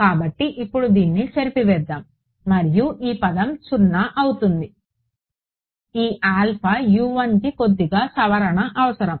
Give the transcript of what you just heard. కాబట్టి ఇప్పుడు దీన్ని చెరిపివేద్దాం ఈ పదం 0 అవుతుంది ఈ ఆల్ఫా కి కొద్దిగా సవరణ అవసరం